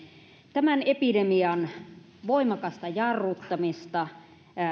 tämän epidemian voimakasta jarruttamista